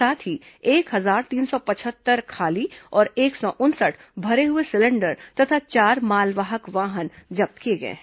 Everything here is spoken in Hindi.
साथ ही एक हजार तीन सौ पचहत्तर खाली और एक सौ उनसठ भरे हुए सिलेंडर तथा चार मालवाहक वाहन जब्त किए गए हैं